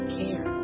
care